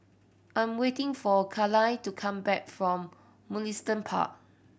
I am waiting for Cayla to come back from Mugliston Park